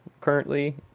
currently